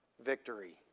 victory